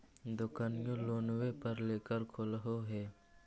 दोकनिओ लोनवे पर लेकर खोललहो हे?